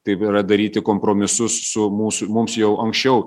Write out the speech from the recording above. taip yra daryti kompromisus su mūsų mums jau anksčiau